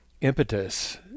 impetus